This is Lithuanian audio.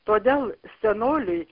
todėl senoliui